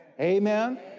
Amen